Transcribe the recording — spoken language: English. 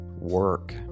work